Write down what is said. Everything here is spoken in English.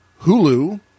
Hulu